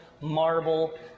marble